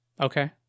okay